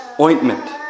ointment